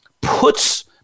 puts